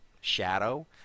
shadow